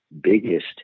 biggest